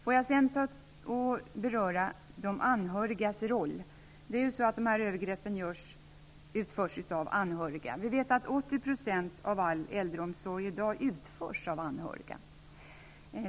Får jag sedan beröra de anhörigas roll. Många av dessa övergrepp utförs av anhöriga. Vi vet att 80 % av all äldreomsorg i dag sköts av anhöriga.